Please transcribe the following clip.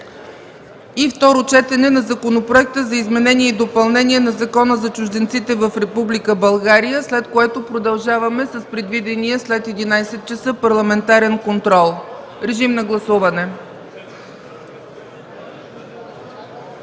3. Второ четене на Законопроекта за изменение и допълнение на Закона за чужденците в Република България. След това продължаваме с предвидения след 11,00 ч. парламентарен контрол. Моля да гласуваме.